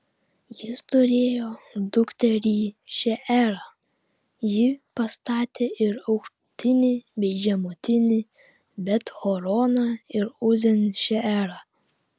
jis turėjo dukterį šeerą ji pastatė ir aukštutinį bei žemutinį bet horoną ir uzen šeerą